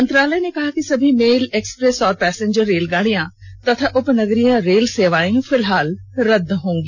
मंत्रालय ने कहा कि सभी मेल एक्सप्रैस और पैसेंजर रेलगाड़ियां तथा उपनगरीय रेल सेवाएं फिलहाल रद्द रहेगी